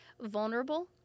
vulnerable